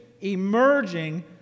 emerging